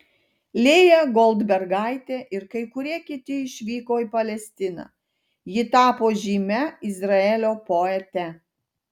lėja goldbergaitė ir kai kurie kiti išvyko į palestiną ji tapo žymia izraelio poete